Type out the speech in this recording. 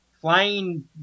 flying